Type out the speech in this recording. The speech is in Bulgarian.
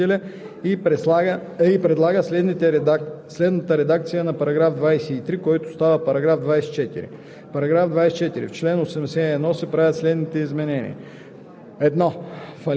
По § 23 има предложение на народния представител Константин Попов. Комисията подкрепя предложението. Комисията подкрепя по принцип текста на вносителя и предлага следната редакция